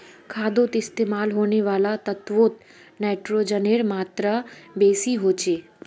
खादोत इस्तेमाल होने वाला तत्वोत नाइट्रोजनेर मात्रा बेसी होचे